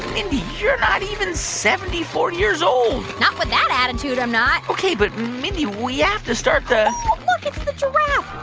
mindy, you're not even seventy four years old not with that attitude i'm not ok. but, mindy, we have to start the. ooh, look it's the giraffe.